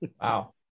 Wow